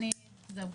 תודה.